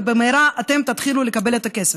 ובמהרה אתם תתחילו לקבל את הכסף.